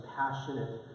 passionate